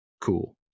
cool